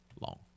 long